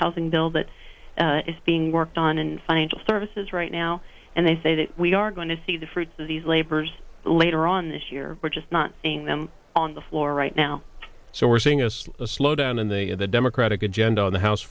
housing bill that is being worked on in financial services right now and they say that we are going to see the fruits of these labors later on this year we're just not seeing them on the floor right now so we're seeing us a slowdown in the the democratic agenda on the house